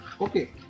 Okay